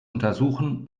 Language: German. untersuchen